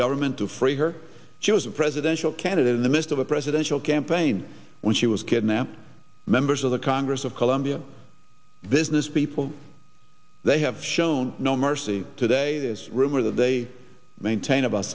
government to free her she was a presidential candidate in the midst of a presidential campaign when she was kidnapped members of the congress of colombia businesspeople they have shown no mercy today as rumor that they maintain about